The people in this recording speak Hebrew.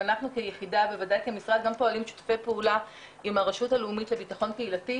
ואנחנו כיחידה גם פועלים בשיתופי פעולה עם הרשות הלאומית לבטחון קהילתי,